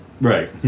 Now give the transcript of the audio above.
Right